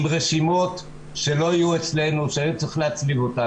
עם רשימות שלא היו אצלנו, שהיה צריך להצליב אותם.